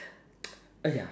!aiya!